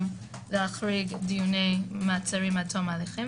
להחריג דיוני מעצרים עד תום ההליכים,